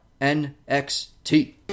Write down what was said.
NXT